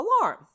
ALARM